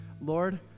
Lord